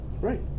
Right